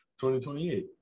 2028